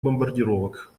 бомбардировок